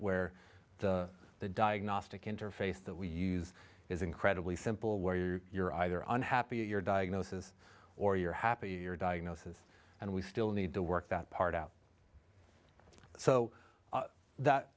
where the the diagnostic interface that we use is incredibly simple where you you're either unhappy with your diagnosis or you're happy your diagnosis and we still need to work that part out so that